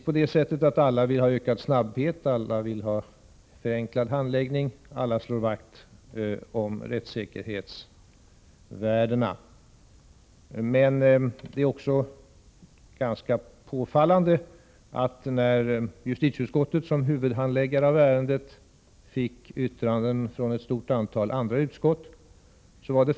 Alla vill givetvis ha en snabbare och förenklad handläggning, och alla slår vakt om rättssäkerhetsvärdena. Men det fanns en ganska påfallande tendens i de yttranden från ett stort antal andra utskott som justitieutskottet, som huvudhandläggare av ärendet, fick ta emot.